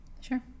Sure